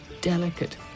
Delicate